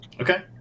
Okay